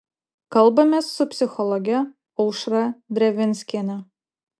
kalbamės su psichologe aušra drevinskiene